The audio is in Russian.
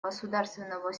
государственного